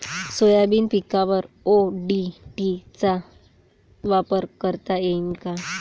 Soybean पिकावर ODT चा वापर करता येईन का?